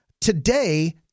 Today